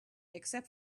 except